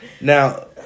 Now